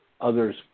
others